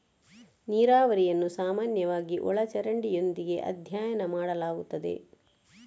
ನೀರಾವರಿಯನ್ನು ಸಾಮಾನ್ಯವಾಗಿ ಒಳ ಚರಂಡಿಯೊಂದಿಗೆ ಅಧ್ಯಯನ ಮಾಡಲಾಗುತ್ತದೆ